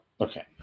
Okay